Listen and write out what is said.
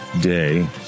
day